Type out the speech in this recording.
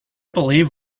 believe